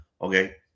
okay